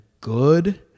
good